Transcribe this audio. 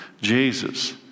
Jesus